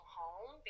home